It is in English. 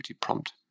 prompt